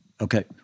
okay